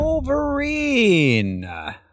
Wolverine